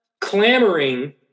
clamoring